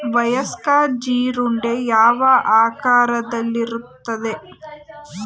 ವಯಸ್ಕ ಜೀರುಂಡೆ ಯಾವ ಆಕಾರದಲ್ಲಿರುತ್ತದೆ?